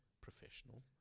professional